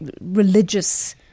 religious